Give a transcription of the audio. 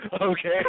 Okay